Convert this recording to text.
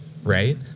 right